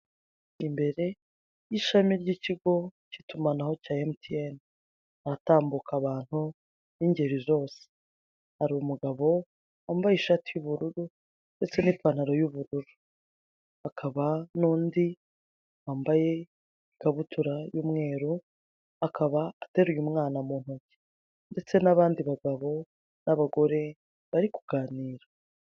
Imbere y'ishami ry'ikigo cy'itumanaho cya Emutiyeni haratambuka abantu b'ingeri zose, hari umugabo wambaye ishati y'ubururu ndetse n'ipantaro y'ubururu hakaba nundi wambaye ikabutura y'umweru akaba ateruye umwana mu ntoki ndetse n'abandi bagabo n'abagore bari kuganira.